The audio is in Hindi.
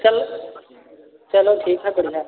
चलो चलो ठीक है बढ़िया